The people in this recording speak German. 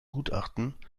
gutachten